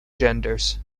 genders